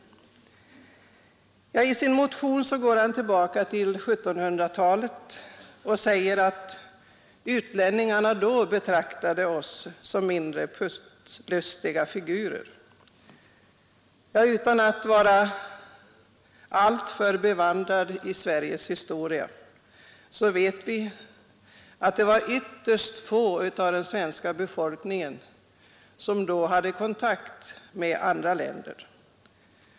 I sin motion går han tillbaka till 1700-talet och säger att utlänningarna då betraktade oss som mindre putslustiga figurer. Utan att vara alltför bevandrad i Sveriges historia vet jag att det var ytterst få svenskar som då hade kontakt med andra länder.